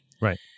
Right